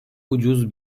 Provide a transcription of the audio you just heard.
ucuz